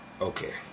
okay